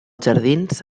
jardins